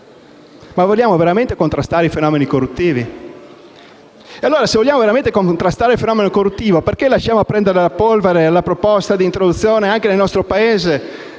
Ma vogliamo veramente contrastare i fenomeni corruttivi? Allora, se vogliamo veramente contrastare il fenomeno corruttivo, perché lasciamo prendere la polvere alla proposta di introdurre nel nostro Paese